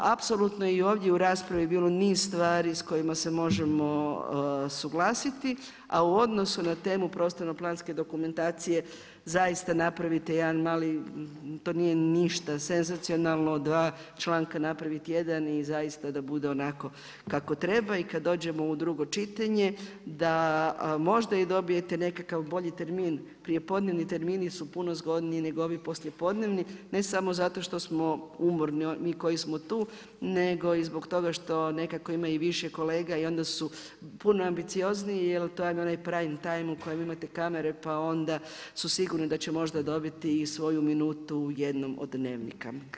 Apsolutno i ovdje u raspravi je bilo niz stvari s kojima se možemo suglasiti a u odnosu na temu prostorno planske dokumentacije zaista napravite jedan mali, to nije ništa senzacionalno, dva članka napraviti u jedan i zaista da bude onako kako treba i kada dođemo u drugo čitanje da možda i dobijete nekakav bolji termin, prijepodnevni termini su puno zgodniji nego ovi poslijepodnevni ne samo zato što smo umorni mi koji smo tu nego i zbog toga što nekako ima i više kolega i onda su puno ambiciozniji, jer to vam je onaj prime time u kojem imate kamere pa onda su sigurni da će možda dobiti i svoju minutu u jednom od dnevnika.